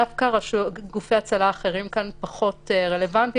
דווקא גופי הצלה אחרים הם פחות רלוונטיים